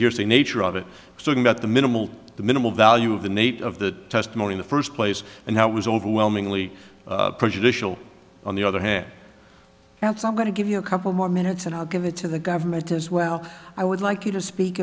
hearsay nature of it so about the minimal the minimal value of the nape of the testimony in the first place and how it was overwhelmingly prejudicial on the other hand that's i'm going to give you a couple more minutes and i'll give it to the government as well i would like you to speak